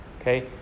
Okay